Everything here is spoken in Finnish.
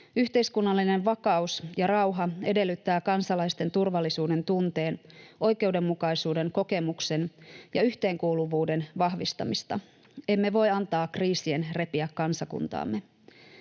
Yhteiskunnallinen vakaus ja rauha edellyttävät kansalaisten turvallisuuden tunteen, oikeudenmukaisuuden kokemuksen ja yhteenkuuluvuuden vahvistamista. Emme voi antaa kriisien repiä kansakuntaamme.